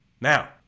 Now